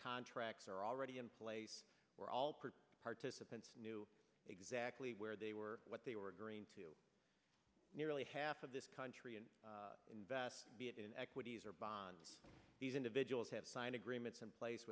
contracts are already in place for all participants knew exactly where they were what they were agreeing to nearly half of this country and invest in equities or by these individuals have signed agreements in place